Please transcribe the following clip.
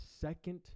second